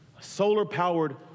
solar-powered